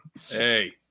Hey